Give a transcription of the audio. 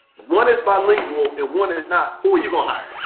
one is bilingual and one is not, who are you um